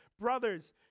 Brothers